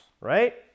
right